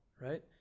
right